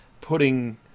putting